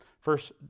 First